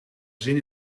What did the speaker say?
zin